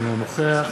אינו נוכח